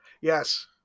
Yes